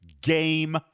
Game